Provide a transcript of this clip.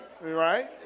Right